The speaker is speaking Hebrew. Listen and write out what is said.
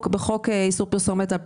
בחוק איסור פרסומת,